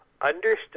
understood